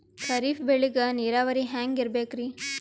ಖರೀಫ್ ಬೇಳಿಗ ನೀರಾವರಿ ಹ್ಯಾಂಗ್ ಇರ್ಬೇಕರಿ?